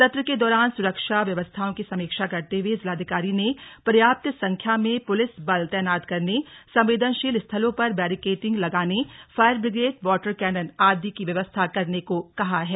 सत्र के दौरान सुरक्षा व्यवस्थाओं की समीक्षा करते हुए जिलाधिकारी ने पर्याप्त संख्या में पुलिस बल तैनात करने संवदेनशील स्थलों पर बैरिकैंडिंग लगाने फायर ब्रिगेड वाटर कैनन आदि की व्यवस्था करने को कहा है